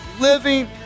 living